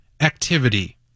activity